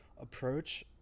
approach